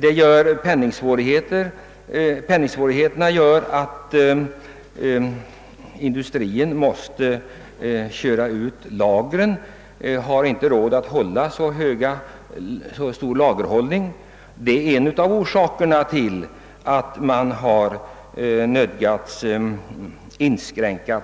De ekonomiska svårigheterna medför att industrin måste sälja ut sina lager; man har inte råd att hålla sig med så stora sådana. Detta är en av anledningarna till att man nödgats inskränka